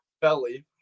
belly